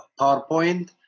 PowerPoint